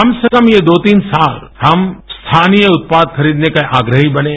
कम से कम ये दो तीन साल हम स्थानीय उत्पाद खरीदने के आग्रही बनें